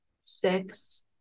six